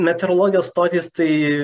meteorologijos stotys tai